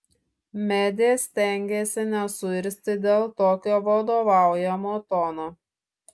medė stengėsi nesuirzti dėl tokio vadovaujamo tono